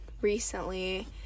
recently